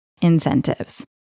incentives